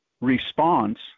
response